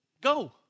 go